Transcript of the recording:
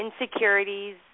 insecurities